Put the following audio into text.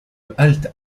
halte